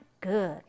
good